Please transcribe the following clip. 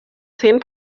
zehn